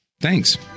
thanks